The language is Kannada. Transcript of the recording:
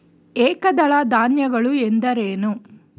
ಏಕದಳ ಧಾನ್ಯಗಳು ಎಂದರೇನು?